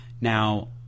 now